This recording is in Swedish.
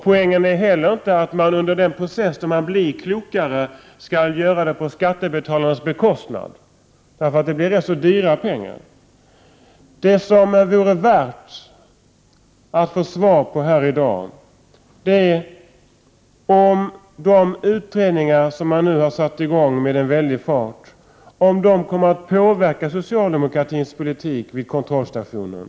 Det är heller inte någon poäng med att under den tid som man blir klokare låta saker och ting ske på skattebetalarnas bekostnad — det blir i så fall rätt så dyrt. Det vore mycket värt att få svar här i dag på frågan om de utredningar som man nu har satt i gång med väldig fart kommer att påverka socialdemokraternas politik vid kontrollstationen.